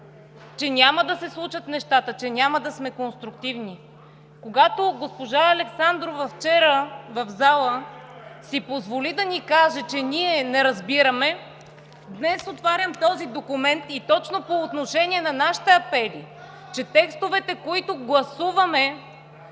– няма да се случат нещата, няма да сме конструктивни. Когато вчера госпожа Александрова си позволи да ни каже, че ние не разбираме, днес отварям този документ и точно по отношение на нашите апели, текстовете, които гласуваме,